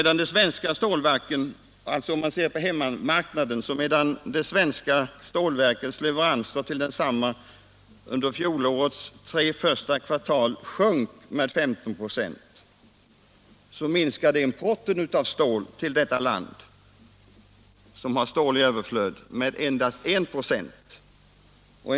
Därtill kan läggas att medan de svenska stålverkens leveranser på hemmamarknaden under fjolårets tre första kvartal sjönk med 15 96, minskade importen av stål till vårt land som har stål i överflöd med endast 1 96.